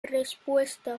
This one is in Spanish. respuesta